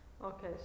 okay